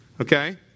okay